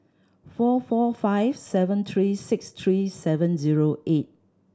four four five seven three six three seven zero eight